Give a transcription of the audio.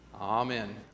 Amen